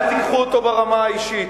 אל תיקחו אותו ברמה האישית.